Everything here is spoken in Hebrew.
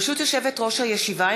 ברשות יושבת-ראש הישיבה,